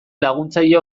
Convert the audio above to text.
laguntzaile